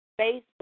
Facebook